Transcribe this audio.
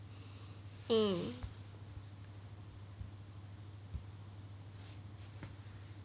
mm